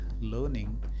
learning